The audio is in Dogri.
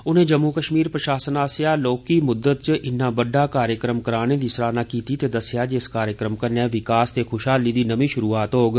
उन्ने जम्मू कश्मीर प्रशासन आस्सेया लौहकी म्हत च इन्ना बड्डा कार्यक्रम कराने दी सराहना कीती ते दस्सेया जे इस कार्यक्रम कन्नै विकास ते ख्शहाली दी नर्मी श्रुआत होग